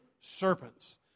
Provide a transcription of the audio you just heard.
serpents